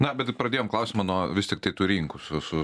na bet jau pradėjom klausimą nuo vis tiktai tų rinkų su su